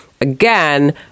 Again